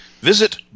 visit